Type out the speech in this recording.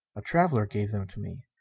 a traveler gave them to me.